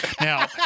Now